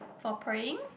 for praying